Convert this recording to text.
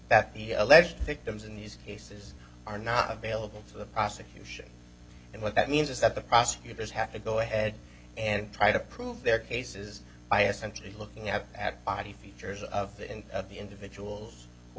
that the alleged victims in these cases are not available for the prosecution and what that means is that the prosecutors have to go ahead and try to prove their cases bias and looking at the features of the end of the individuals who